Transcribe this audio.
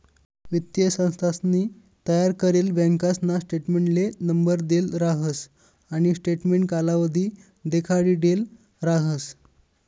वित्तीय संस्थानसनी तयार करेल बँकासना स्टेटमेंटले नंबर देल राहस आणि स्टेटमेंट कालावधी देखाडिदेल राहस